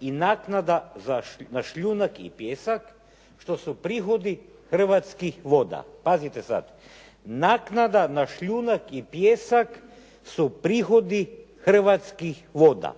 i naknada na šljunak i pijesak, što su prihodi Hrvatskih voda. Pazite sad, naknada na šljunak i pijesak su prihodi Hrvatskih voda.